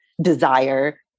desire